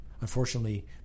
unfortunately